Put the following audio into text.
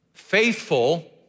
faithful